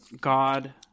god